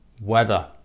weather